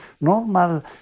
normal